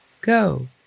go